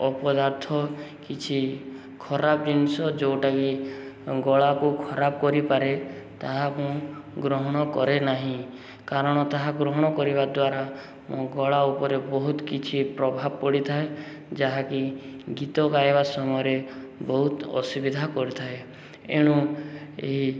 ଅପଦାର୍ଥ କିଛି ଖରାପ ଜିନିଷ ଯେଉଁଟାକିି ଗଳାକୁ ଖରାପ କରିପାରେ ତାହା ମୁଁ ଗ୍ରହଣ କରେ ନାହିଁ କାରଣ ତାହା ଗ୍ରହଣ କରିବା ଦ୍ୱାରା ମୁଁ ଗଳା ଉପରେ ବହୁତ କିଛି ପ୍ରଭାବ ପଡ଼ିଥାଏ ଯାହାକି ଗୀତ ଗାଇବା ସମୟରେ ବହୁତ ଅସୁବିଧା କରିଥାଏ ଏଣୁ ଏହି